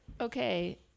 Okay